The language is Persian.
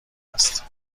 است